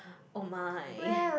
oh my